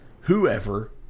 whoever